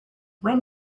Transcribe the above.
when